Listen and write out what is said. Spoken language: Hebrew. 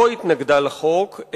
לא התנגדה לחוק,